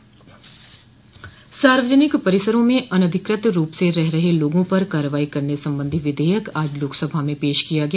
सार्वजनिक परिसरों में अनधिकृत रूप से रह रहे लोगों पर कार्रवाई करने संबंधी विधेयक आज लोकसभा में पेश किया गया